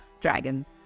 Dragons